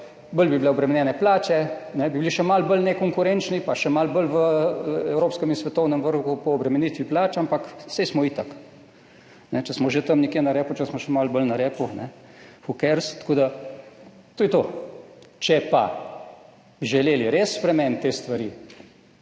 bolj bi bile obremenjene plače, bili bi še malo bolj nekonkurenčni pa še malo bolj v evropskem in svetovnem vrhu po obremenitvi plač, ampak saj smo itak. Če smo že tam nekje na repu, če smo še malo bolj na repu, who cares. Tako da, to je to. Če pa bi želeli res spremeniti te stvari,